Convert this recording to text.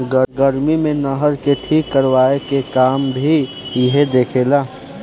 गर्मी मे नहर के ठीक करवाए के काम भी इहे देखे ला